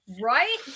Right